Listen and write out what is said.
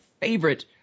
favorite